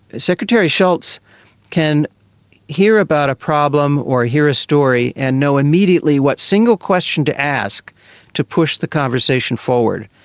secretary shultz can hear about a problem or hear a story and know immediately what single question to ask to push the conversation forward,